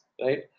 right